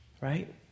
right